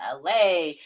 LA